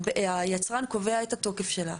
היצרן קובע את התוקף שלה,